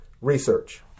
Research